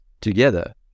together